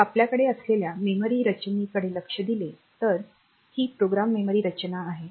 तर आपल्याकडे असलेल्या मेमरी रचणेकडे लक्ष दिले तर ही प्रोग्राम मेमरी रचना आहे